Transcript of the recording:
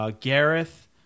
Gareth